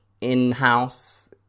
in-house